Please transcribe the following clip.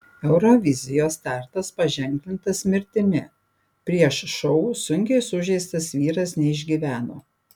eurovizijos startas paženklintas mirtimi prieš šou sunkiai sužeistas vyras neišgyveno